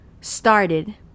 started